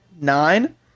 nine